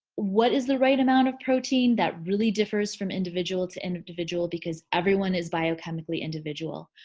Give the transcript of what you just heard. what is the right amount of protein that really differs from individual to and individual? because everyone is biochemically individual.